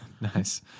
nice